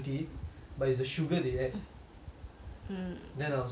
then I was like